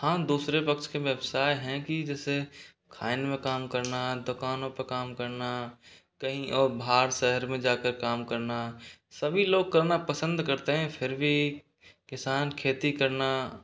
हाँ दूसरे पक्ष के व्यवसाय हैं कि जैसे खान में काम करना दुकानों पे काम करना कहीं और बाहर शहर में जाकर काम करना सभी लोग करना पसंद करते हैं फिर भी किसान खेती करना